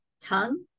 tongue